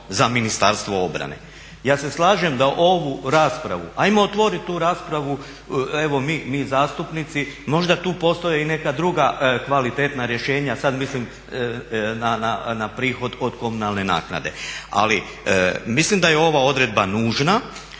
Ja se slažem da ovu raspravu, ajmo otvorit tu raspravu evo mi zastupnici, možda tu postoje i neka druga kvalitetna rješenja, sad mislim na prihod od komunalne naknade. Ali mislim da je ova odredba nužna,